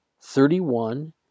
thirty-one